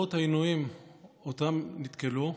ולמרות העינויים שבהם נתקלו,